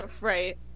Right